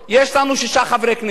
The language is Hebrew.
יש לנו שישה חברי כנסת.